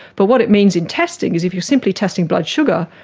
but what it means in testing is if you are simply testing blood sugar,